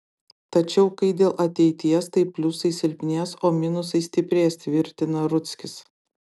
tačiau kai dėl ateities tai pliusai silpnės o minusai stiprės tvirtina rudzkis